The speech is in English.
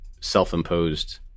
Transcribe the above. self-imposed